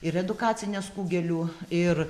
ir edukacines kugelių ir